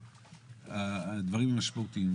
הדברים הם משמעותיים.